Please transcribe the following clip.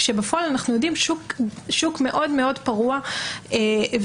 כשבפועל אנחנו יודעים שזה שוק מאוד פרוע ובעייתי.